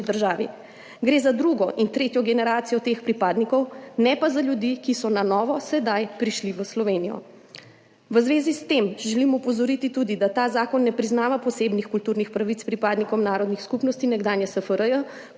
državi. Gre za drugo in tretjo generacijo teh pripadnikov, ne pa za ljudi, ki so na novo sedaj prišli v Slovenijo. V zvezi s tem želim opozoriti tudi, da ta zakon ne priznava posebnih kulturnih pravic pripadnikom narodnih skupnosti nekdanje SFRJ,